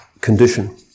condition